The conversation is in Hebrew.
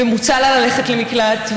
ומוצע לה ללכת למקלט,